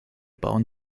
bauen